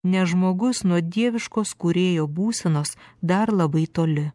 nes žmogus nuo dieviškos kūrėjo būsenos dar labai toli